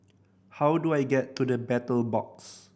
how do I get to The Battle Box